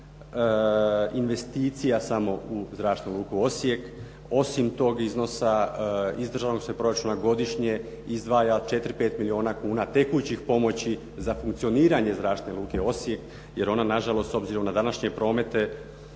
investicija samo u Zračnu luku Osijek. Osim tog iznosa iz državnog se proračuna godišnje izdvaja 4-5 milijuna kuna tekućih pomoći za funkcioniranje Zračne luke Osijek jer ona nažalost s obzirom na današnje promete